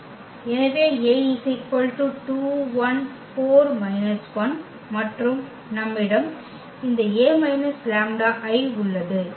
எனவே மற்றும் நம்மிடம் இந்த A − λI உள்ளது